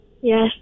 Yes